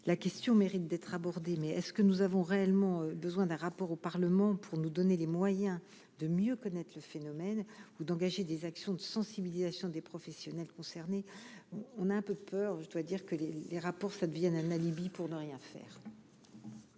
la question mérite d'être abordé, mais est ce que nous avons réellement besoin d'un rapport au Parlement pour nous donner les moyens de mieux connaître le phénomène ou d'engager des actions de sensibilisation des professionnels concernés, on a un peu peur, je dois dire que les les rapports ça devienne un alibi pour ne rien faire.